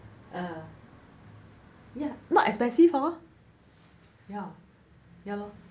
uh ya not expensive hor ya ya lor